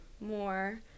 more